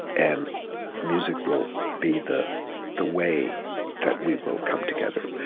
and music will be the the way that we will come together,